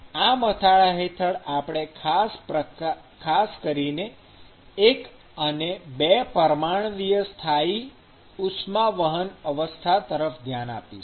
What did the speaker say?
આ મથાળા હેઠળ આપણે ખાસ કરીને એક અને બે પરમાણ્વીય સ્થાયી ઉષ્માવહન અવસ્થા તરફ ધ્યાન આપીશું